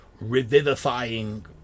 revivifying